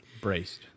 Braced